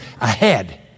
ahead